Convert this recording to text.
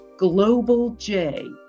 globalj